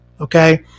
okay